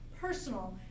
personal